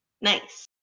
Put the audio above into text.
Nice